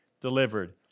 delivered